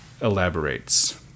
elaborates